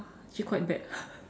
actually quite bad